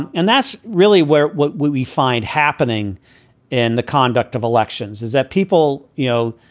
and and that's really where what we we find happening in the conduct of elections is that people, you know,